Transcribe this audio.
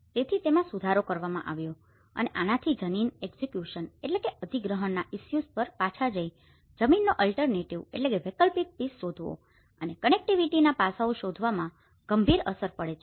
તેથી તેમાં સુધારો કરવામાં આવ્યો છે અને આનાથી જમીન એક્યુંઝીશન acquisitionઅધિગ્રહણના ઇસ્યુઝ પર પાછા જઈને જમીનનો અલ્ટર્નેટીવ alternative વૈકલ્પિક પીસ શોધવો અને કનેક્ટિવિટીના પાસાંઓ શોધવામાં ગંભીર અસર પડે છે